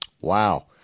Wow